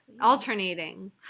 Alternating